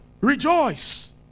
rejoice